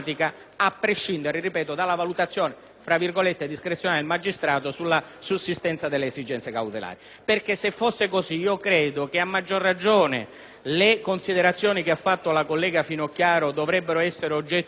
valutazione discrezionale del magistrato sulla sussistenza delle esigenze cautelari. Se così non fosse, credo che a maggior ragione le considerazioni della collega Finocchiaro dovrebbero essere oggetto di una maggiore ponderazione da parte di tutti.